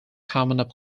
common